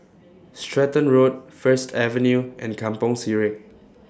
Stratton Road First Avenue and Kampong Sireh